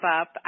up